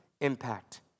impact